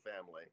family